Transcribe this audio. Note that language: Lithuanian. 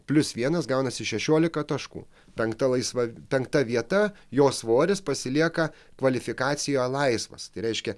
plius vienas gaunasi šešiolika taškų penkta laisva penkta vieta jo svoris pasilieka kvalifikacijoje laisvas tai reiškia